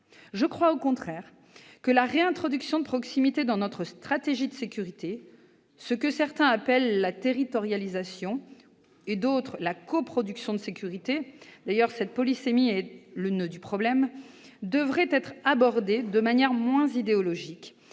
Je crois au contraire que la réintroduction de proximité dans notre stratégie de sécurité, ce que certains appellent la « territorialisation » et d'autres la « coproduction de sécurité »- cette polylexicalité est d'ailleurs le noeud du problème -devrait être abordée de manière moins idéologique,